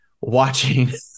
watching